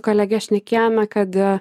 kolege šnekėjome kad